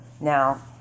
Now